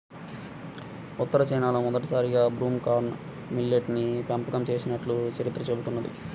ఉత్తర చైనాలో మొదటిసారిగా broom corn millet ని పెంపకం చేసినట్లు చరిత్ర చెబుతున్నది